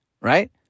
Right